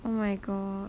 oh my god